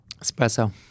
Espresso